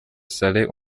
saleh